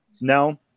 No